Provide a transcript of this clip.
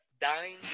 dying